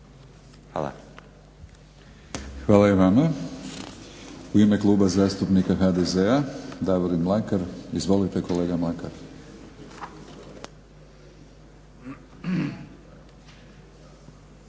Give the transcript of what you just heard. (HNS)** Hvala i vama. U ime Kluba zastupnika HDZ-a Davorin Mlakar. Izvolite kolega Mlakar.